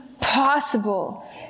possible